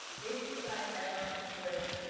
if you guys ever could.